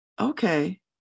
Okay